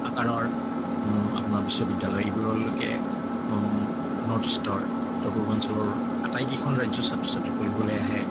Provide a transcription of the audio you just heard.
আকাৰৰ আপোনাৰ বিশ্ববিদ্যালয় এইবোৰলৈকে নৰ্থ ইষ্টৰ উত্তৰ পূৰ্বাঞ্চলৰ আটাইকেইখন ৰাজ্যৰ ছাত্ৰ ছাত্ৰী পঢ়িবলৈ আহে